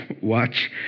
watch